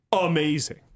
amazing